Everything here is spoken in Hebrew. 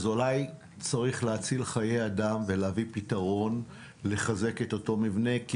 אולי צריך להציל חיי אדם ולהביא פתרון לחזק את אותו מבנה כי